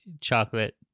chocolate